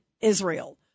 Israel